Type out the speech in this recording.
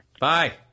Bye